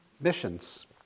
missions